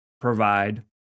provide